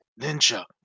ninja